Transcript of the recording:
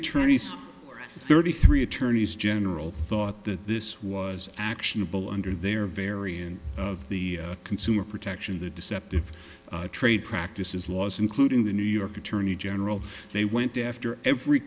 attorneys thirty three attorneys general thought that this was actionable under their variant of the consumer protection the deceptive trade practices laws including the new york attorney general they went after every